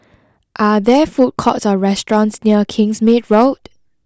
are there food courts or restaurants near Kingsmead Road